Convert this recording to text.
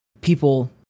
people